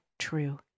true